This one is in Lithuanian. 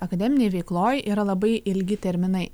akademinėj veikloj yra labai ilgi terminai